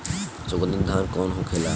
सुगन्धित धान कौन होखेला?